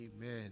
Amen